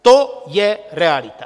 To je realita.